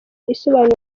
isobanura